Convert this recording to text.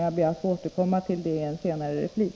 Jag ber att få återkomma till det i en senare replik.